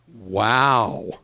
Wow